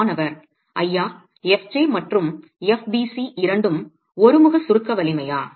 மாணவர் ஐயா fj மற்றும் fbc இரண்டும் ஒருமுக சுருக்க வலிமையா